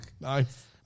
Nice